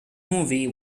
movie